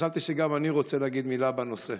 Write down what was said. וחשבתי שגם אני רוצה להגיד מילה בנושא.